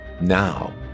Now